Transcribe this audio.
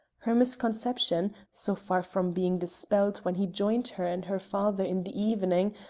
her misconception, so far from being dispelled when he joined her and her father in the evening,